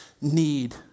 need